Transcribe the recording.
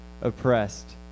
oppressed